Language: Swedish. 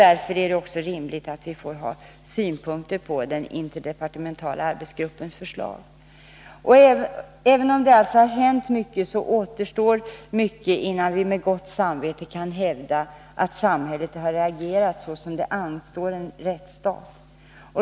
Därför är det också rimligt att vi får anlägga synpunkter på den interdepartementala arbetsgruppens förslag. Även om det alltså hänt en hel del, återstår mycket innan vi med gott samvete kan hävda att samhället har reagerat såsom det anstår en rättsstat.